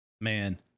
man